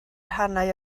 rhannau